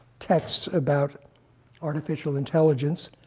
texts about artificial intelligence.